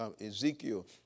Ezekiel